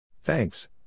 Thanks